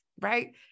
Right